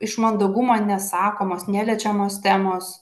iš mandagumo nesakomos neliečiamos temos